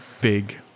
big